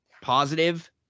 positive